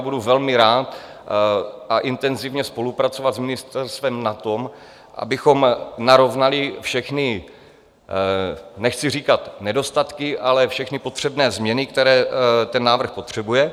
Budu velmi rád a intenzivně spolupracovat s ministerstvem na tom, abychom narovnali všechny nechci říkat nedostatky, ale potřebné změny, které ten návrh potřebuje.